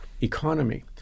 economy